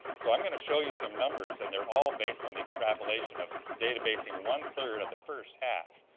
so i'm going to show you some numbers and they're all based on the extrapolation of databasing one third of the first half.